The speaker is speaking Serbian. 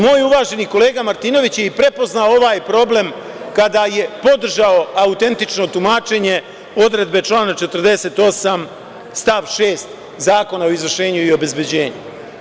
Moj uvaženi kolega Martinović je i prepoznao ovaj problem kada je podržao autentično tumačenje odredbe člana 48. stav 6. Zakona o izvršenje i obezbeđenju.